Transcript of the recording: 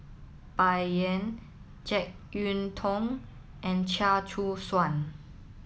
Bai Yan Jek Yeun Thong and Chia Choo Suan